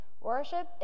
Worship